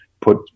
put